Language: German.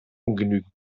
ungenügend